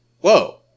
whoa